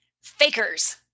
Fakers